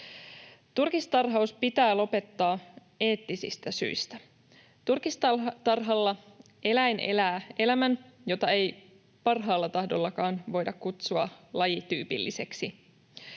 Turkistarhaus pitää lopettaa eettisistä syistä. Turkistarhalla eläin elää elämän, jota ei parhaalla tahdollakaan voida kutsua lajityypilliseksi.